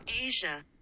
Asia